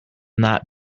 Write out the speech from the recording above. not